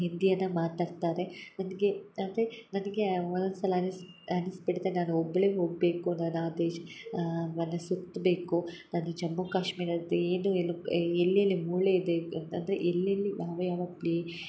ಹಿಂದಿಯನ್ನು ಮಾತಾಡ್ತಾರೆ ನನಗೆ ಅಂದರೆ ನನಗೆ ಒನ್ನೊಂದು ಸಲ ಅನ್ನಿಸಿ ಅನ್ನಿಸಿಬಿಡುತ್ತೆ ನಾನು ಒಬ್ಬಳೇ ಹೋಗ್ಬೇಕು ನಾನು ಆ ದೇಶ ವನ್ನ ಸುತ್ಬೇಕು ನಾನು ಜಮ್ಮು ಕಾಶ್ಮೀರದ ಏನು ಎಲ್ಲಿ ಎಲ್ಲೆಲ್ಲಿ ಮೂಳೆ ಇದೆ ಅಂದರೆ ಎಲ್ಲೆಲ್ಲಿ ಯಾವ ಯಾವ ಪ್ಲೇ